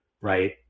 Right